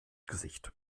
gesicht